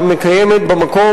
שמקיימת במקום,